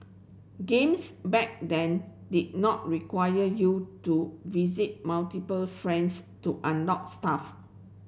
games back then did not require you to visit multiple friends to unlock stuff